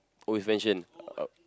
always mention uh